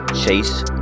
chase